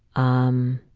on.